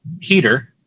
heater